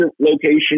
location